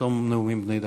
בתום נאומים בני דקה.